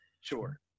Sure